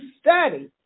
study